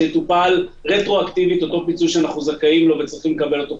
שיטופל רטרואקטיבית אותו פיצוי שאנחנו זכאים לו וצריכים לקבל אותו.